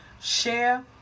share